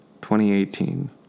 2018